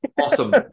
awesome